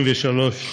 23),